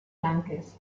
blanques